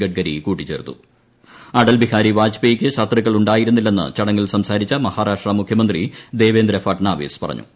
ഗഡ്കരി കൂട്ടിച്ചേർത്തും അടൽ ബിഹാരി വാജ്പേയിക്ക് ശത്രുക്ക്ൾ ഉണ്ടായിരുന്നില്ലെന്ന് ചടങ്ങിൽ സംസാരിച്ച മഹാരാഷ്ട്ര മുഖ്യന്ത്രിഭൂപ്പേന്ദ്ര ഫട്നാവിസ് പറഞ്ഞു